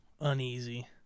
uneasy